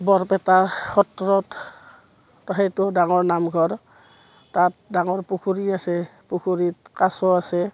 বৰপেটা সত্ৰত ত' সেইটোও ডাঙৰ নামঘৰ তাত ডাঙৰ পুখুৰী আছে পুখুৰীত কাছ আছে